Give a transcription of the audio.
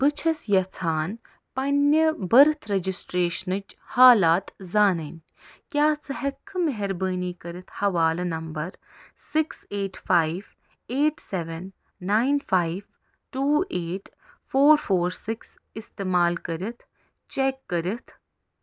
بہٕ چھَس یَژھان پنٕنہِ بٔرتھ رجسٹریشنٕچ حالات زانٕنۍ کیٛاہ ژٕ ہیٚککھٕ مہربٲنی کٔرِتھ حوالہٕ number six eight five eight seven nine five two eight four four six اِست استعمال کٔرتھ چیک کٔرتھ